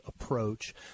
approach